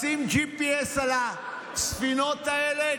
לשים GPS על הספינות האלה,